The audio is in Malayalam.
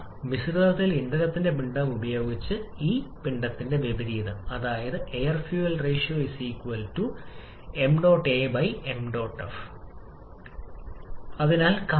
എന്നിരുന്നാലും ഡിസോസിയേഷന്റെ സാന്നിധ്യത്തിൽ പരിധിയിൽ ഒരു മാറ്റമുണ്ട് അന്തിമ സൈക്കിൾ താപനിലയിൽ 300 മുതൽ 400 കെ വരെ കുറയ്ക്കൽ